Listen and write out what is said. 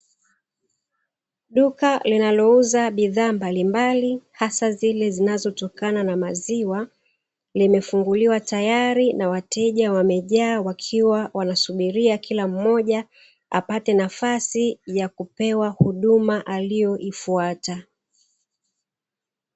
Duka linalouza bidhaa mbalimbali hasa zile zinazotokana na maziwa limefunguliwa tayari na wateja wamejaa wakiwa wanasubiria kila mmoja apate nafasi ya kupewa huduma aliyoifwata.